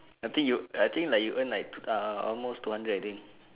I think you I think like you earn like ah almost two hundred I think